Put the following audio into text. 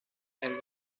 elle